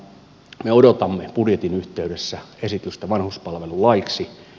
me odotamme budjetin yhteydessä esitystä vanhuspalvelulaiksi